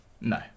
No